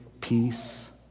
peace